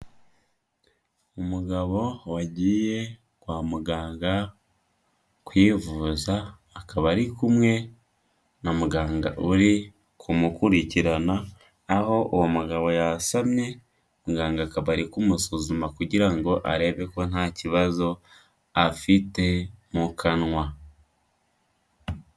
Umugabo wagiye kwa muganga kwivuza, akaba ari kumwe na muganga uri kumukurikirana, aho uwo mugabo yasamye, muganga akaba ari kumusuzuma kugira ngo arebe ko nta kibazo afite mu kanwa.